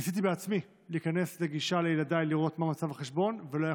ניסיתי בעצמי להיכנס לראות מה מצב החשבון של ילדיי ולא יכולתי.